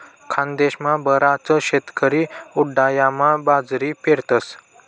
खानदेशमा बराच शेतकरी उंडायामा बाजरी पेरतस